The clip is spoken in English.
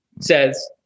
says